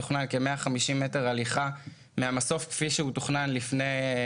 מתוכנן כ-150 מטר הליכה מהמסוף כפי שהוא תוכנן לפני